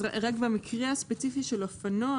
רק במקרה הספציפי של אופנוע,